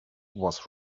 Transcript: was